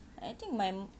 I think my m~